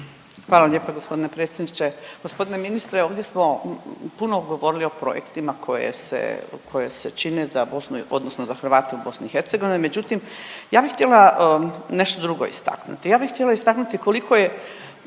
Hvala lijepo g. predsjedniče. Gospodine ministre, ovdje smo puno govorili o projektima koje se koje se čine za Bosnu odnosno za Hrvate u BiH, međutim ja bi htjela nešto drugo istaknuti. Ja bi htjela istaknuti koliko je